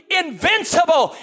invincible